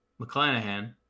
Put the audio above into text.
McClanahan